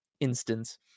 instance